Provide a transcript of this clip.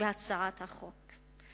בהצעת החוק.